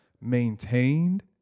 Maintained